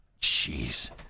Jeez